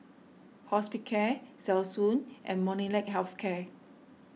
Hospicare Selsun and Molnylcke Health Care